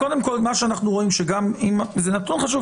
זה נתון חשוב,